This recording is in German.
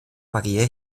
mariä